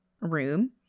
room